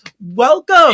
Welcome